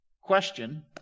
Question